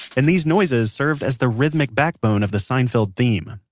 and these noises served as the rhythmic backbone of the seinfeld theme.